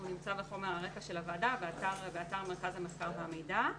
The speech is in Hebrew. והוא נמצא בחומר הרקע של הוועדה באתר מרכז המחקר והמידע.